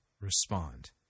respond